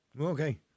Okay